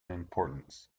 importance